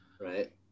right